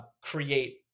create